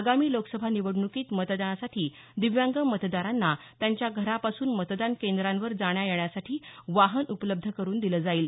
आगामी लोकसभा निवडण्कीत मतदानासाठी दिव्यांग मतदारांना त्यांच्या घरापासून मतदान केंद्रावर जाण्या येण्यासाठी वाहन उपलब्ध करून दिलं जाईल